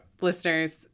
listeners